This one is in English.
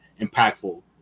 impactful